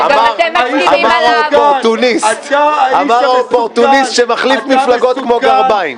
אמר האופורטוניסט שמחליף מפלגות כמו גרביים.